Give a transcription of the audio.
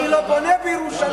מי לא בונה בירושלים.